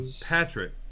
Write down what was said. Patrick